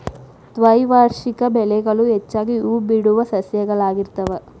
ದ್ವೈವಾರ್ಷಿಕ ಬೆಳೆಗಳು ಹೆಚ್ಚಾಗಿ ಹೂಬಿಡುವ ಸಸ್ಯಗಳಾಗಿರ್ತಾವ